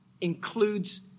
includes